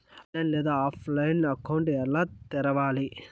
online లేదా ఆఫ్లైన్లో account ఎలా తెరవాలి